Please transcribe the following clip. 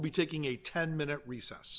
will be taking a ten minute recess